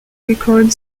record